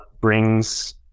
brings